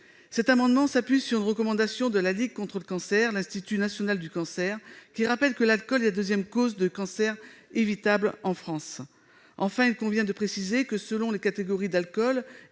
cet amendement s'appuient sur une recommandation de la Ligue contre le cancer et de l'Institut national du cancer, qui rappellent que l'alcool est la deuxième cause de cancer évitable en France. Enfin, il convient de préciser que, selon les catégories d'alcools